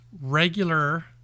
regular